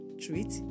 treat